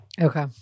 okay